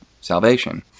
salvation